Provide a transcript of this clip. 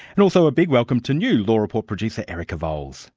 and also a big welcome to new law report producer erica vowles